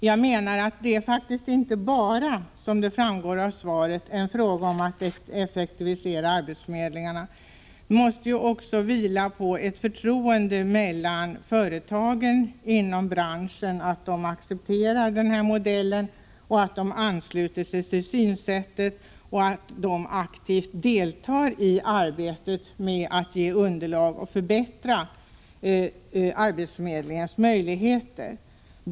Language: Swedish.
Jag anser att det faktiskt inte bara, som det framgår av svaret, är en fråga om att effektivisera arbetsförmedlingarna. Verksamheten måste också vila på ett förtroende mellan företagen inom branschen för att de accepterar denna modell och aktivt deltar i arbetet att förbättra arbetsförmedlingens möjligheter genom att ge den underlag.